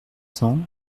cents